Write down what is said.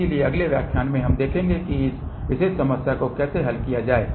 इसलिए अगले व्याख्यान में हम देखेंगे कि इस विशेष समस्या को कैसे हल किया जाए